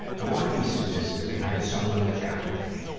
i wanna be submissive and have someone look after me.